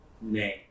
name